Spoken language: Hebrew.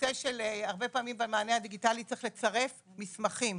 הרבה פעמים במענה הדיגיטלי צריך לצרף מסמכים,